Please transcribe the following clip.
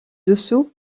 dessous